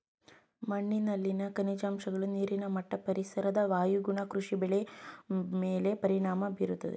ಮಣ್ಣಿನಲ್ಲಿನ ಖನಿಜಾಂಶಗಳು, ನೀರಿನ ಮಟ್ಟ, ಪರಿಸರದ ವಾಯುಗುಣ ಕೃಷಿ ಬೆಳೆಯ ಮೇಲೆ ಪರಿಣಾಮ ಬೀರುತ್ತದೆ